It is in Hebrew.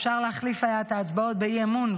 אפשר היה להחליף את ההצבעות באי-אמון,